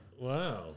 Wow